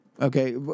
Okay